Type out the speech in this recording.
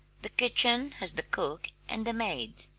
the kitchen has the cook and the maids.